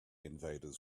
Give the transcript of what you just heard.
invaders